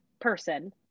person